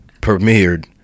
premiered